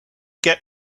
get